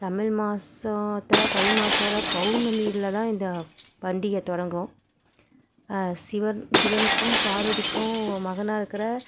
தமிழ் மாசத்துல தை மாசத்தில் பௌர்ணமியில் தான் இந்த பண்டிகை தொடங்கும் சிவன் சிவனுக்கும் பார்வதிக்கும் மகனாக இருக்கிற